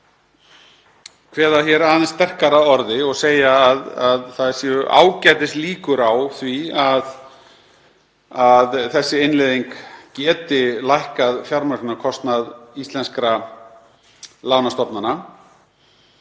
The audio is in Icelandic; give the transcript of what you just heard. kveða aðeins sterkar að orði og segja að það séu ágætislíkur á því að þessi innleiðing geti lækkað fjármögnunarkostnað íslenskra lánastofnana